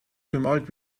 bemalt